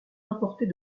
importés